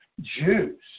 Jews